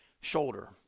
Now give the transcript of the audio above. shoulder